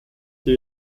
sie